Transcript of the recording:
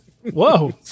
Whoa